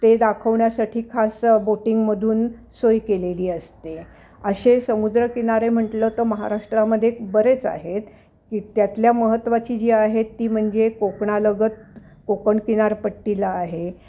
ते दाखवण्यासाठी खास बोटिंगमधून सोय केलेली असते असे समुद्रकिनारे म्हटलं तर महाराष्ट्रामध्ये बरेच आहेत की त्यातल्या महत्त्वाची जी आहे ती म्हणजे कोकणालगत कोकण किनारपट्टीला आहे